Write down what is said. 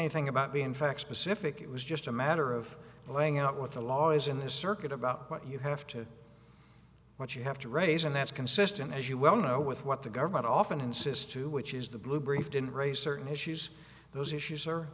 anything about being facts specific it was just a matter of laying out what the law is in the circuit about what you have to what you have to raise and that's consistent as you well know with what the government often insists to which is the blue brief didn't raise certain issues those issues